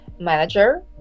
manager